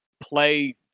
play